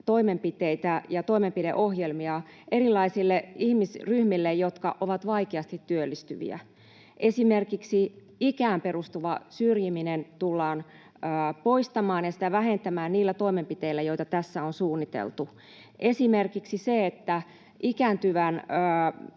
toimenpiteitä ja toimenpideohjelmia erilaisille ihmisryhmille, jotka ovat vaikeasti työllistyviä. Esimerkiksi ikään perustuva syrjiminen tullaan poistamaan ja vähentämään niillä toimenpiteillä, joita tässä on suunniteltu. Esimerkiksi ikääntyvien,